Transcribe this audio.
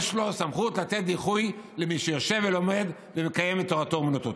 יש לו סמכות לתת דיחוי למי שיושב ולומד ומקיים את תורתו אומנותו.